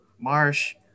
marsh